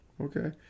Okay